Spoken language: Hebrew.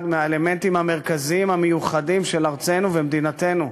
האלמנטים המרכזיים והמיוחדים של ארצנו ומדינתנו,